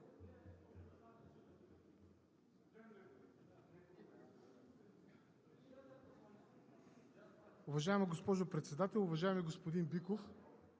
Уважаема госпожо Председател! Уважаеми господин Биков,